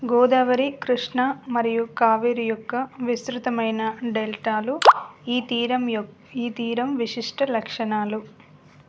గోదావరి కృష్ణా మరియు కావేరి యొక్క విస్తృతమైన డెల్టాలు ఈ తీరం యె ఈ తీరం విశిష్ట లక్షణాలు